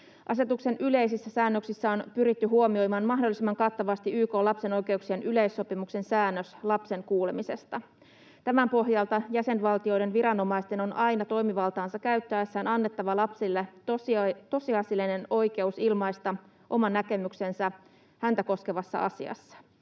Asetuksen yleisissä säännöksissä on pyritty huomioimaan mahdollisimman kattavasti YK:n lapsen oikeuksien yleissopimuksen säännös lapsen kuulemisesta. Tämän pohjalta jäsenvaltioiden viranomaisten on aina toimivaltaansa käyttäessään annettava lapselle tosiasiallinen oikeus ilmaista oma näkemyksensä häntä koskevassa asiassa.